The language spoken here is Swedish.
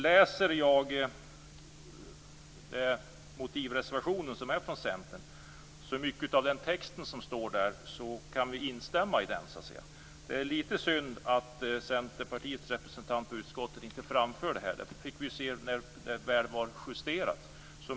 När jag läser motivreservationen från Centern inser jag att vi kan instämma i mycket av den text som står där. Det är lite synd att Centerpartiets representant i utskottet inte framfört detta. Det fick vi se när betänkandet väl var justerat.